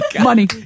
Money